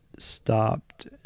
Stopped